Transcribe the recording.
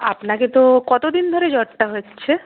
আপনাকে তো কতদিন ধরে জ্বরটা হচ্ছে